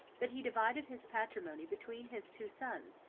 that he divided his patrimony between his two sons,